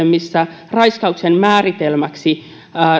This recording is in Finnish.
missä raiskauksen määritelmäksi